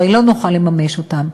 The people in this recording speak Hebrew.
הרי לא נוכל לממש אותן.